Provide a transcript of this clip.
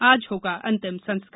आज होगा अंतिम संस्कार